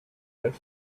that